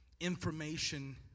information